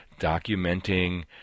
documenting